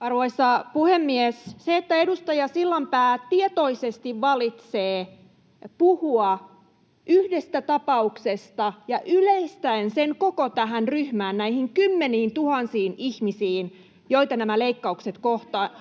Arvoisa puhemies! Se, että edustaja Sillanpää tietoisesti valitsee puhua yhdestä tapauksesta yleistäen sen koko tähän ryhmään, näihin kymmeniintuhansiin ihmisiin, joita nämä leikkaukset koskevat,